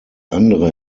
andere